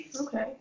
Okay